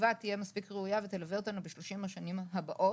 שבתקווה תהיה מספיק ראויה ותלווה אותנו ב-30 השנים הבאות,